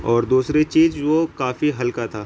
اور دوسری چیز وہ کافی ہلکا تھا